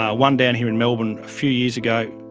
ah one down here in melbourne a few years ago,